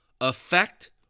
affect